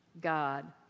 God